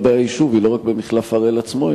הבעיה היא לא רק במחלף הראל עצמו,